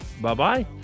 Bye-bye